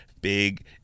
big